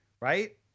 right